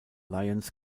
alliance